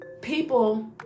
people